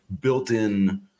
built-in